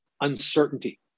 uncertainty